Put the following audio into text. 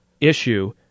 issue